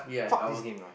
fuck this game lah